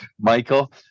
Michael